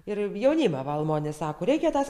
ir jaunimą va almonė sako reikia tas